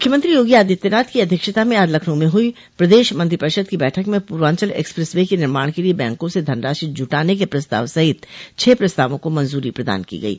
मुख्यमंत्री योगी आदित्यनाथ की अध्यक्षता में आज लखनऊ में हुई प्रदेश मंत्रिपरिषद की बैठक में पूर्वांचल एक्सप्रेस वे के निर्माण के लिए बैंकों से धनराशि जुटाने के प्रस्ताव सहित छह प्रस्तावों को मंजूरी प्रदान की गयी